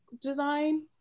design